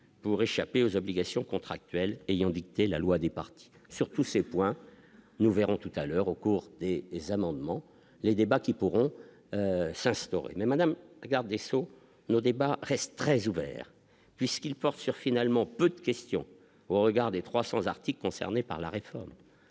pour échapper aux obligations contractuelles ayant dicter la loi des parties sur tous ces points, nous verrons tout à l'heure au cours des des amendements, les débats qui pourront s'instaurer, mais Madame la garde des Sceaux au débat reste très ouvert, puisqu'il porte sur finalement peu de questions au regard des 300 articles concernés par la réforme,